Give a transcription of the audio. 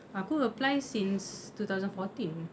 aku applied since two thousand fourteen